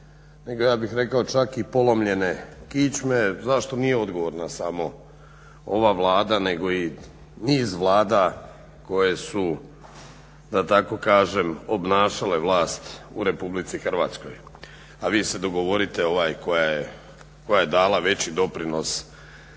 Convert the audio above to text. nego ja bih rekao čak i polomljene kičme što nije odgovor na samo ova Vlada nego i niz vlada koje su da tako kažem obnašale vlast u Republici Hrvatskoj, a vi se dogovorile koja je dala veći doprinos